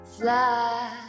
fly